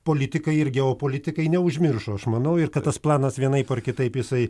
politikai ir geopolitikai neužmiršo aš manau ir kad tas planas vienaip ar kitaip jisai